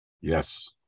Yes